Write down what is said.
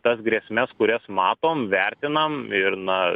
tas grėsmes kurias matom vertinam ir na